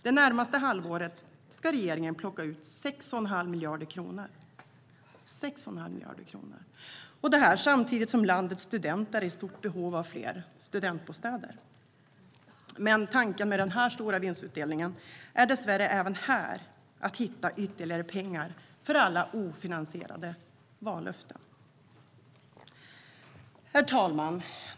Det närmaste halvåret ska regeringen plocka ut 6 1⁄2 miljard kronor, och det samtidigt som landets studenter är i stort behov av fler studentbostäder. Dessvärre är tanken även med denna stora vinstutdelning att hitta ytterligare pengar till alla ofinansierade vallöften. Herr talman!